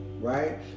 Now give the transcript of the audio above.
right